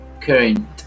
Current